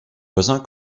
voisins